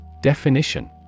Definition